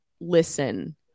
listen